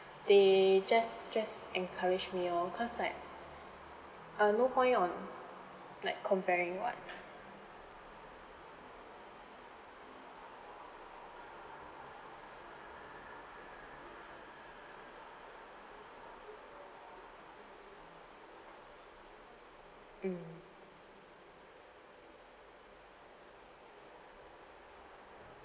they just just encourage me loh cause like uh no point on like comparing [what] mm